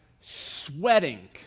sweating